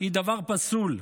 היא דבר פסול,